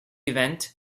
event